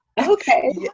Okay